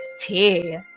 Tea